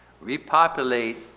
repopulate